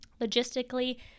Logistically